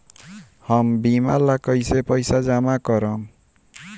हम बीमा ला कईसे पईसा जमा करम?